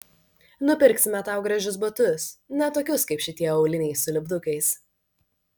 nupirksime tau gražius batus ne tokius kaip šitie auliniai su lipdukais